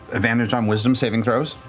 advantage on wisdom saving throws.